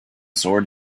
sword